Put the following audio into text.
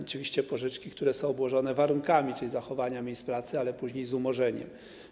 Oczywiście mowa o pożyczkach, które są obłożone warunkami, czyli zachowania miejsc pracy, ale później z umorzeniem.